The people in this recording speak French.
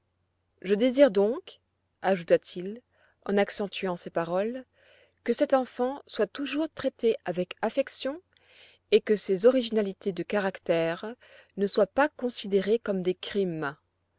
je désire donc ajouta-t-il en accentuant ses paroles que cette enfant soit toujours traitée avec affection et que ses originalités de caractère ne soient pas considérées comme des crimes